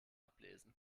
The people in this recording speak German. ablesen